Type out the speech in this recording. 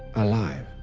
alive!